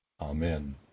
amen